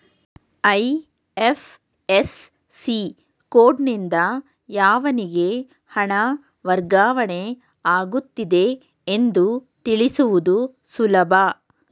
IFSC ಕೋಡ್ನಿಂದ ಯಾವನಿಗೆ ಹಣ ವರ್ಗಾವಣೆ ಆಗುತ್ತಿದೆ ಎಂದು ತಿಳಿಸುವುದು ಸುಲಭ